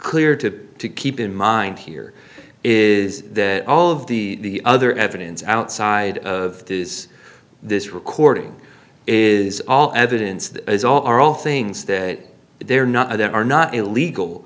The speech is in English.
clear to to keep in mind here is that all of the other evidence outside of this this recording is all evidence that is all are all things that they're not that are not illegal